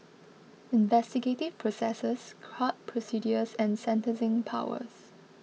investigative processes court procedures and sentencing powers